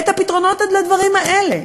את הפתרונות לדברים האלה,